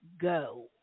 go